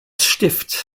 stift